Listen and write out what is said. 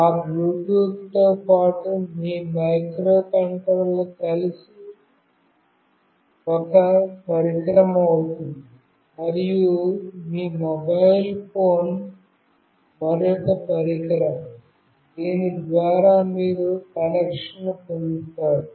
ఆ బ్లూటూత్తో పాటు మీ మైక్రోకంట్రోలర్ కలిపి ఒక పరికరం అవుతుంది మరియు మీ మొబైల్ ఫోన్ మరొక పరికరం దీని ద్వారా మీరు కనెక్షన్ను పొందుతారు